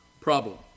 problem